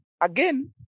again